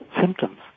symptoms